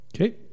Okay